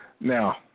Now